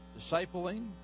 Discipling